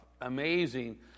amazing